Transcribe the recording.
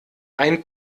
ein